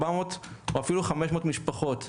400 או אפילו 500 משפחות.